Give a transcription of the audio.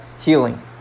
healing